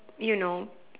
you know